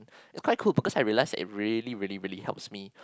quite cool because I realise because it really really really helps me